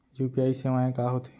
UPI सेवाएं का होथे?